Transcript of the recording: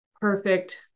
perfect